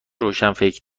روشنفکر